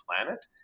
planet